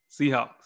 Seahawks